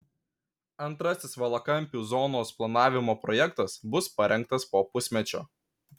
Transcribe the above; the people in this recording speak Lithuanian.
antrasis valakampių zonos planavimo projektas bus parengtas po pusmečio